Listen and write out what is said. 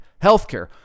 Healthcare